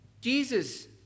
Jesus